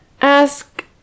ask